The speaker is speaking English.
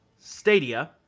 stadia